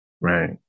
Right